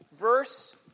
Verse